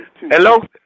Hello